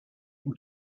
able